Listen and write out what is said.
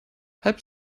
halb